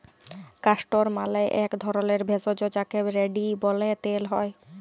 castor মালে এক ধরলের ভেষজ যাকে রেড়ি ব্যলে তেল হ্যয়